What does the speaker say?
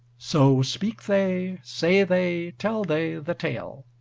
so speak they, say they, tell they the tale